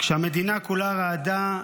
כשהמדינה כולה רעדה,